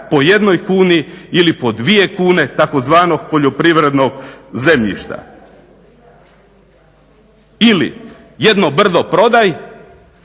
po jednoj kuni ili po dvije kune, tzv. poljoprivrednog zemljišta. Ili jedno brdo prodaj